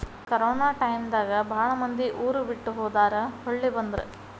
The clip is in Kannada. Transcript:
ಕೊರೊನಾ ಟಾಯಮ್ ದಾಗ ಬಾಳ ಮಂದಿ ಊರ ಬಿಟ್ಟ ಹೊದಾರ ಹೊಳ್ಳಿ ಬಂದ್ರ